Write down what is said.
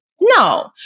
No